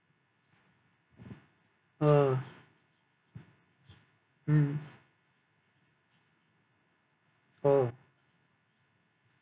ah mm oh